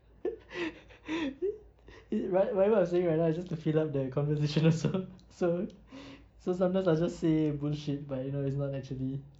right whatever I'm saying right now is just to fill up the conversation so so sometimes I'll just say bullshit but you know it's not actually